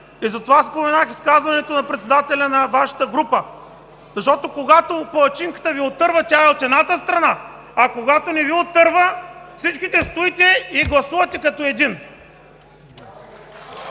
Затова споменах изказването на председателя на Вашата група, защото, когато палачинката Ви отърва, тя е от едната страна, а когато не Ви отърва, всички стоите и гласувате като един.